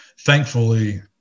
Thankfully